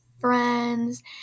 friends